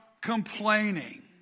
Complaining